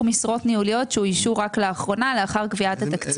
משרות ניהוליות שאוישו רק לאחרונה לאחר קביעת התקציב.